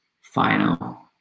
final